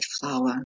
flower